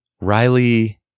Riley